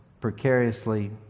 precariously